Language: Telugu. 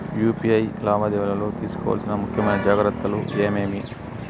యు.పి.ఐ లావాదేవీలలో తీసుకోవాల్సిన ముఖ్యమైన జాగ్రత్తలు ఏమేమీ?